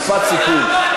משפט סיכום.